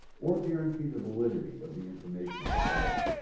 or guarantee the validity of the information provided.